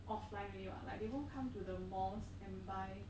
offline already [what] like they won't come to the malls and buy